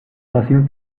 pasión